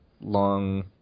long